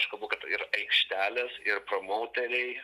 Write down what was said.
aš kalbu kad ir aikštelės ir promauteriai